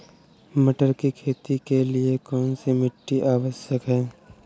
मटर की खेती के लिए कौन सी मिट्टी आवश्यक है?